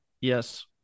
Yes